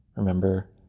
remember